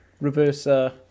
reverse